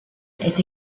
est